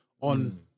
on